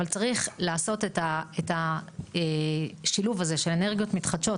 אבל צריך לעשות את השילוב הזה של אנרגיות מתחדשות